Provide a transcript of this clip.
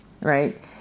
right